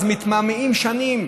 אז מתמהמהים שנים.